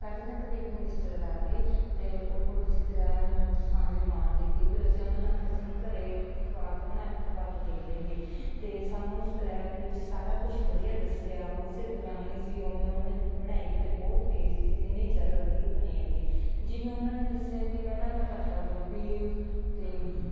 ਸਾਡੇ ਨਾ ਘਰੇ ਇੱਕ ਦਿਨ ਰਿਸ਼ਤੇਦਾਰ ਆ ਗਏ ਅਤੇ ਉਹ ਰਿਸ਼ਤੇਦਾਰਾਂ ਨੇ ਮੋਮੋਜ ਖਾਣ ਦੀ ਡਿਮਾਂਡ ਕੀਤੀ ਫਿਰ ਅਸੀਂ ਉਹਨਾਂ ਵਾਸਤੇ ਸਾਨੂੰ ਘਰੇ ਖਵਾ ਬਣਾ ਕੇ ਖੁਆ ਕੇ ਦੇਖਦੇ ਆਂਗੇ ਅਤੇ ਸਾਨੂੰ ਸਕਰੈਪ ਦੇ ਵਿੱਚ ਸਾਰਾ ਕੁਝ ਵਧੀਆ ਦੱਸਿਆ ਉਸੇ ਤਰ੍ਹਾਂ ਹੀ ਅਸੀਂ ਉਵੇਂ ਉਵੇਂ ਬਣਾਈ ਗਏ ਅਤੇ ਬਹੁਤ ਟੇਸਟੀ ਅਤੇ ਇੰਨੇ ਜ਼ਿਆਦਾ ਵਧੀਆ ਬਣੇ ਹੈਗੇ ਜਿਵੇਂ ਉਹਨਾਂ ਨੇ ਦੱਸਿਆ ਕਿ ਪਹਿਲਾਂ ਤਾਂ ਪੱਤਾ ਗੋਭੀ ਅਤੇ